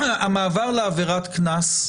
המעבר לעבירת קנס,